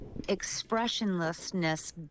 expressionlessness